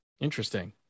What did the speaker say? interesting